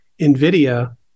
Nvidia